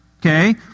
okay